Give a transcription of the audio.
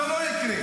זה לא יקרה.